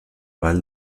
vall